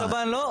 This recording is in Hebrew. השב"ן לא,